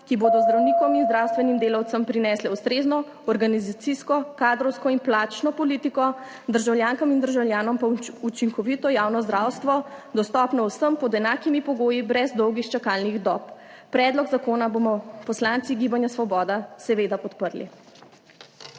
ki bodo zdravnikom in zdravstvenim delavcem prinesle ustrezno organizacijsko, kadrovsko in plačno politiko, državljankam in državljanom pa učinkovito javno zdravstvo, dostopno vsem pod enakimi pogoji, brez dolgih čakalnih dob. Predlog zakona bomo poslanci Gibanja Svoboda seveda podprli.